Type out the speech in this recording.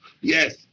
Yes